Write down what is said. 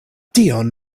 tion